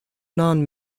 non